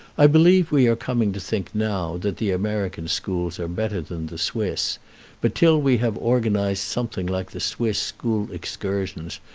i believe we are coming to think now that the american schools are better than the swiss but till we have organized something like the swiss school excursions,